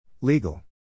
Legal